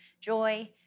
joy